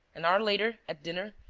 an hour later, at dinner,